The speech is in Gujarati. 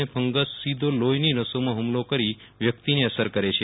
અને ફંગસ સીધો લોફીની નસોમાં હુમલો કરી વ્યક્તિને અસર કરે છે